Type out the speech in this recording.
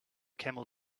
camel